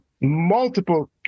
multiple